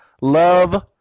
Love